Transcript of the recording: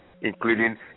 including